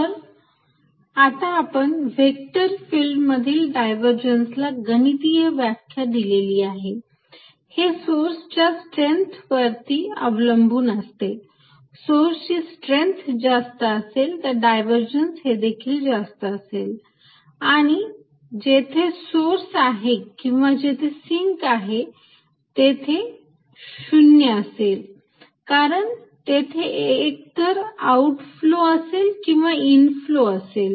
तर आता आपण व्हेक्टर फिल्डमधील डायव्हर्जन्सला गणितीय व्याख्या दिलेली आहे हे सोर्सच्या स्ट्रेंथ वरती अवलंबून असते सोर्स ची स्ट्रेंथ जास्त असेल तर डायव्हर्जन्स हे देखील जास्त असेल आणि जेथे सोर्स आहे किंवा जेथे सिंक आहे तेथे 0 नसेल कारण तेथे एक तर आऊट फ्लो असेल किंवा इन फ्लो असेल